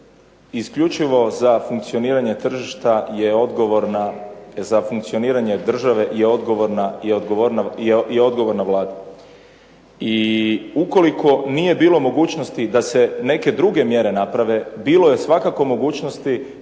odgovorna, za funkcioniranje države je odgovorna Vlada. I ukoliko nije bilo mogućnosti da se neke druge mjere naprave bilo je svakako mogućnosti